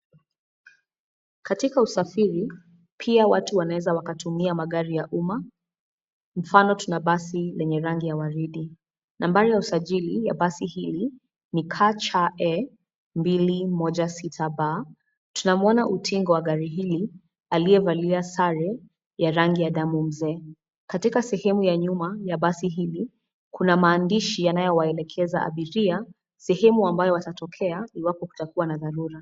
Katika usafiri, pia watu wanaeza wakatumia magari ya umma, mfano tuna basi lenye rangi ya waridi, nambari ya usajili ya basi hii ni KCE 216B, tunamwona utingo wa gari hili, aliyevalia sare, ya rangi ya damu mzee. Katika sehemu ya nyuma ya basi hili, kuna maandishi yanayowaelekeza abiria, sehemu ambayo watatokea iwapo kutakuwa na dharura.